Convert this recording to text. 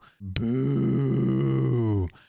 boo